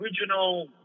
original